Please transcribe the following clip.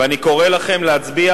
ואני קורא לכם להצביע